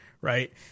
right